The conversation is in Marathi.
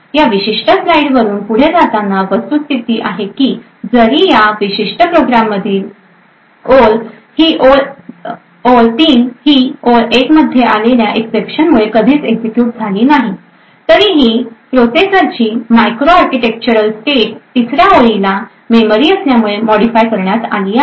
या विशिष्ट स्लाइडवरुन पुढे जाताना वस्तुस्थिती आहे की जरी या या विशिष्ट प्रोग्राममधील ओळ 3 ही ओळ 1 मध्ये आलेल्या एक्सेप्शन मुळे कधीच एक्झिक्युट झाली नाही तरीही प्रोसेसरची मायक्रोआर्किटेक्चरल स्टेट तिसऱ्या ओळीला मेमरी मिळाल्यामुळे मॉडीफाय करण्यात आली आहे